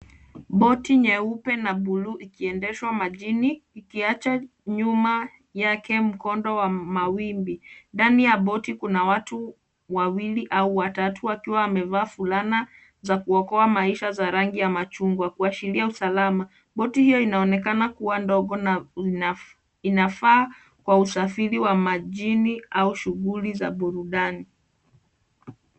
Boti nyeupe na buluu ikiendeshwa majini ikiacha nyuma yake mkondo wa mawimbi. Ndani ya boti kuna watu wawili au watatu wakiwa wamevaa fulana za kuokoa maisha za rangi ya machungwa kuashiria usalama. Boti hiyo inaonekana kuwa ndogo na inafaa kwa usafiri wa majini au shughuli za burudani.